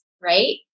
right